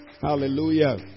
Hallelujah